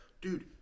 dude